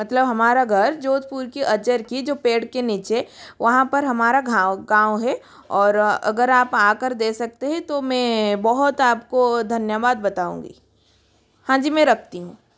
मतलब हमारा घर जोधपुर की अजर की जो पेड़ के नीचे वहाँ पर हमारा गाँव गाँव है और अगर आप आकर दे सकते है तो में बहुत आपको धन्यवाद बताऊँगी हाँजी मैं रखती हूँ